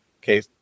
Okay